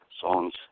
songs